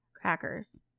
crackers